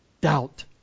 doubt